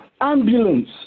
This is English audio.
ambulance